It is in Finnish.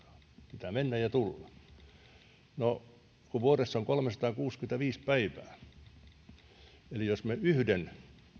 pitää mennä ja tulla kun vuodessa on kolmesataakuusikymmentäviisi päivää niin jos me yhden